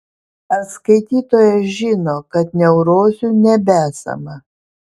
ar skaitytojas žino kad neurozių nebesama